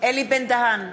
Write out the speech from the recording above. אלי בן-דהן,